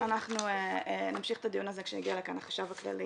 אנחנו נמשיך את הדיון הזה כשיגיע לכאן החשב הכללי